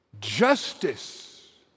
justice